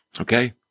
Okay